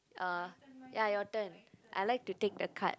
uh ya your turn I like to take the card